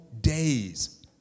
days